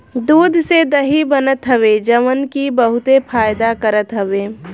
दूध से दही बनत हवे जवन की बहुते फायदा करत हवे